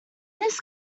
this